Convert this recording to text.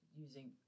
using